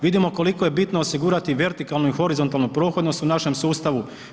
Vidimo koliko je bitno osigurati vertikalnu i horizontalnu prohodnost u našem sustavu.